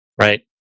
Right